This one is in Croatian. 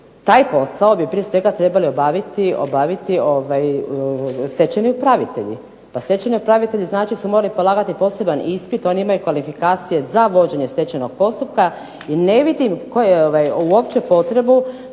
taj posao bi prije svega trebali obaviti stečajni upravitelji. Pa stečajni upravitelji znači su morali polagati poseban ispit, oni imaju kvalifikacije za vođenje stečajnog postupka i ne vidim uopće potrebu